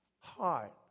heart